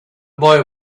boy